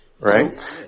Right